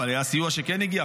היה סיוע שכן הגיע,